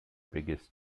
biggest